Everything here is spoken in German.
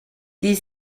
die